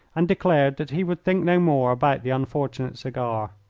and declared that he would think no more about the unfortunate cigar.